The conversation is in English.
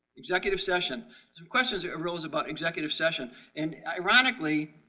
executive session some questions arose about executive session and, ironically,